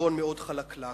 במדרון מאוד חלקלק.